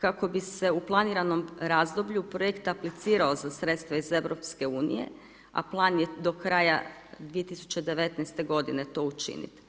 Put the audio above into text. kako bi se u planiranom razdoblju projekt aplicirao za sredstva iz Europske unije, a plan je do kraja 2019. to učiniti.